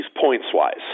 points-wise